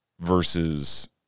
versus